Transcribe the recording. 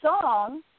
song